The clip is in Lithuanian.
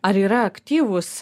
ar yra aktyvūs